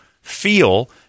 feel